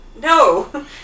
No